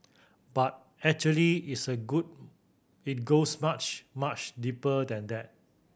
but actually it's a good it goes much much deeper than that